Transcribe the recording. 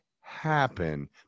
happen